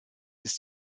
ist